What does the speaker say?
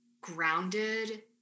Grounded